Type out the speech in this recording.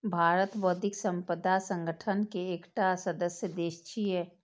भारत बौद्धिक संपदा संगठन के एकटा सदस्य देश छियै